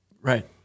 right